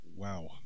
Wow